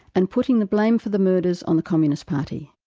and putting the blame for the murders on the communist party.